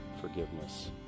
forgiveness